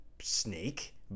snake